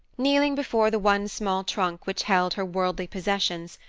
kneeling before the one small trunk which held her worldly possessions,